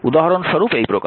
উদাহরণস্বরূপ এই প্রকার